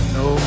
no